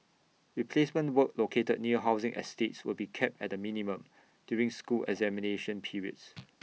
replacement work located near housing estates will be kept at the minimum during school examination periods